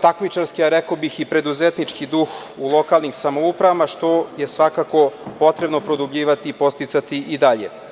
takmičarski, a rekao bih i preduzetnički duh lokalnih samouprava, što je svakako potrebno produbljivati i podsticati i dalje.